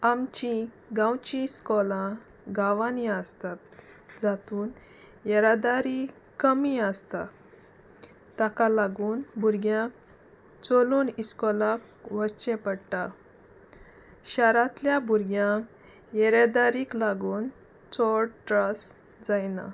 आमची गांवची इस्कोलां गांवांनी आसतात जातून येरादारी कमी आसता ताका लागून भुरग्यांक चलून इस्कोलाक वचचें पडटा शारांतल्या भुरग्यांक येरादारीक लागून चोड त्रास जायना